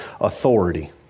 authority